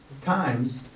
times